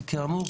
כאמור,